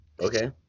Okay